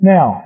Now